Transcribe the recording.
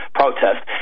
protest